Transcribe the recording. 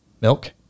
Milk